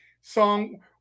song